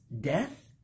death